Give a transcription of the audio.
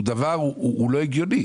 שהוא דבר, הוא לא הגיוני.